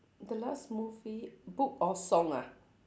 the last movie book or song ah